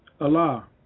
Allah